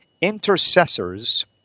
intercessors